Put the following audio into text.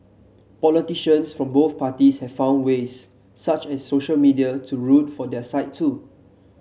politicians from both parties have found ways such as social media to root for their side too